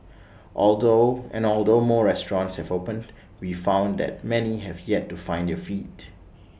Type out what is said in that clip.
although and although more restaurants have opened we found that many have yet to find their feet